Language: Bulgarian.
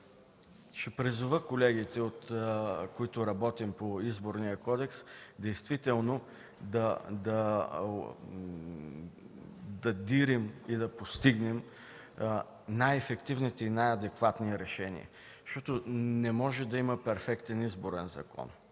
Ще призова колегите, които работим по Изборния кодекс, действително да дирим и да постигнем най-ефективните и най-адекватни решения. Не може да има перфектен Изборен закон.